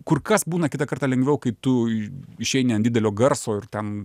kur kas būna kitą kartą lengviau kai tu išeini ant didelio garso ir ten